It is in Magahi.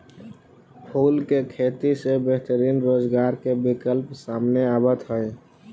फूल के खेती से बेहतरीन रोजगार के विकल्प सामने आवित हइ